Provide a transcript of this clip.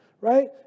right